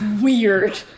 Weird